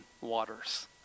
waters